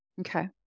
okay